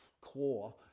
core